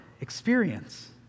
experience